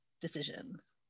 decisions